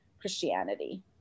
Christianity